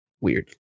weird